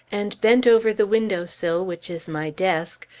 and bent over the window-sill which is my desk,